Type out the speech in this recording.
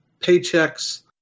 paychecks